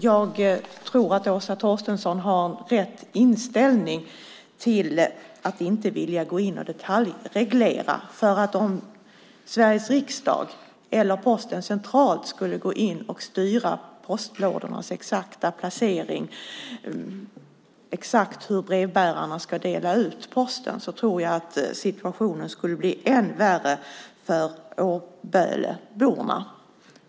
Jag tror att Åsa Torstensson har rätt inställning när hon inte vill gå in och detaljreglera. Om riksdagen eller Posten centralt skulle gå in och styra postlådornas exakta placering och exakt hur brevbärarna ska dela ut posten tror jag att situationen skulle bli än värre för Årböleborna.